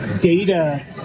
data